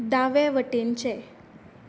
दावे वटेनचें